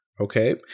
Okay